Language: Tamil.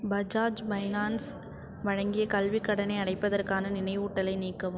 பஜாஜ் பைனான்ஸ் வழங்கிய கல்விக் கடனை அடைப்பதற்கான நினைவூட்டலை நீக்கவும்